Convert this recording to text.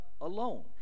alone